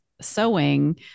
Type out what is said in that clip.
sewing